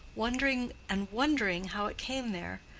wondering and wondering how it came there,